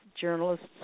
journalists